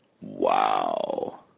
Wow